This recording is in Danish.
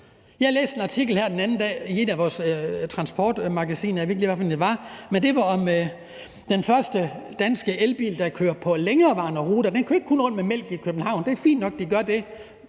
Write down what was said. jeg ved ikke lige, hvad for et det var – om den første danske ellastbil, der kører på længere ruter; den kører ikke kun rundt med mælk i København. Det er fint nok, at de gør det,